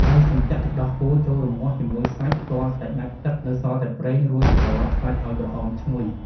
ហើយសិមចាក់ទឹកដោះគោចូលរម្ងាស់ជាមួយសាច់ ទាល់តែដាច់ទឹកនៅសល់តែប្រេង រួចត្រលប់សាច់ឱ្យក្រហមឈ្ងុយ។